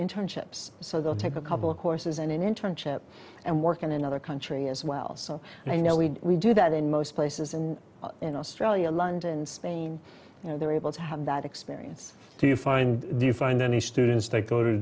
internships so they'll take a couple of courses and an internship and work in another country as well so you know we we do that in most places and in australia london spain you know they're able to have that experience do you find do you find any students they go to